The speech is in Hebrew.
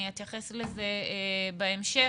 אני אתייחס לזה בהמשך